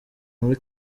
muri